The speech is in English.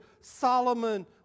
Solomon